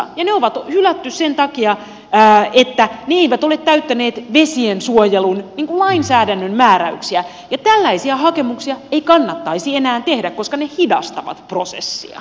ne on hylätty sen takia että ne eivät ole täyttäneet vesiensuojelun lainsäädännön määräyksiä ja tällaisia hakemuksia ei kannattaisi enää tehdä koska ne hidastavat prosessia